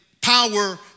power